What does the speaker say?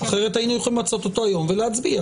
אחרת, היינו יכולים למצות אותו היום ולהצביע.